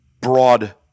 broad